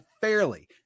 fairly